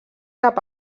cap